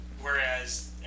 whereas